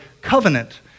covenant